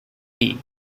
bee